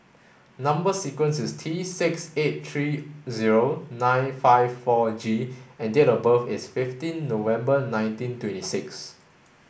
number sequence is T six eight three zero nine five four G and date of birth is fifteen November nineteen twenty six